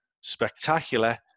Spectacular